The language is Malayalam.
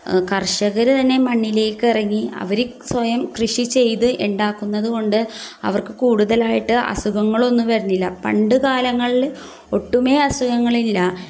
കർഷകർ തന്നെ മണ്ണിലേക്ക് ഇറങ്ങി അവർ സ്വയം കൃഷി ചെയ്ത് ഉണ്ടാക്കുന്നതുകൊണ്ട് അവർക്ക് കൂടുതലായിട്ട് അസുഖങ്ങളൊന്നും വരുന്നില്ല പണ്ടു കാലങ്ങളിൽ ഒട്ടുമേ അസുഖങ്ങളില്ല